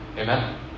Amen